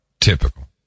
typical